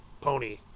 pony